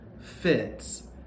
fits